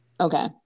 okay